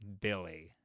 Billy